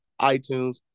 iTunes